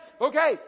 Okay